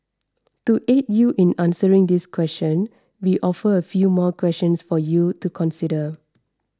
to aid you in answering this question we offer a few more questions for you to consider